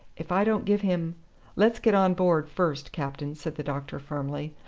if i don't give him let's get on board first, captain, said the doctor, firmly.